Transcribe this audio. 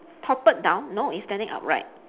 toppled down no it's standing upright